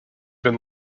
been